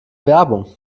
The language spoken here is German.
werbung